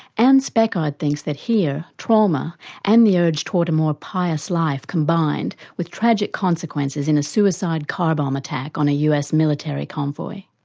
anne speckhard thinks that here trauma and the urge toward a more pious life combined, with tragic consequences, in a suicide car bomb attack on a us military convey.